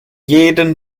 jeden